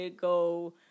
go